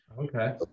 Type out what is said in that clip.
Okay